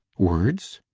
words?